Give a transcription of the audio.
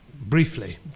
briefly